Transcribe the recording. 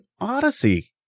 Odyssey